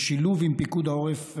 בשילוב עם פיקוד העורף,